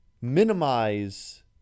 minimize